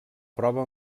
prova